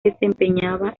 desempeñaba